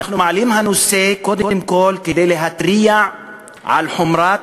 אנחנו מעלים את הנושא קודם כול כדי להתריע על חומרת